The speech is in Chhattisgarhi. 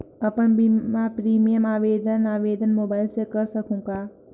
अपन बीमा प्रीमियम आवेदन आवेदन मोबाइल से कर सकहुं का?